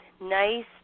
nice